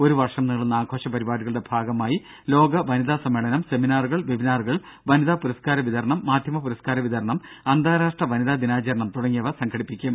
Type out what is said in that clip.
ഒരുവർഷം നീളുന്ന ആഘോഷ പരിപാടികളുടെ ഭാഗമായി ലോക വനിതാ സമ്മേളനം സെമിനാറുകൾ വെബിനാറുകൾ വനിതാ പുരസ്കാര വിതരണം മാധ്യമ പുരസ്കാര വിതരണം അന്താരാഷ്ട്ര വനിതാ ദിനാചരണം തുടങ്ങിയവ സംഘടിപ്പിക്കും